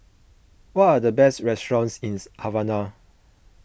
what are the best restaurants in Havana